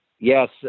Yes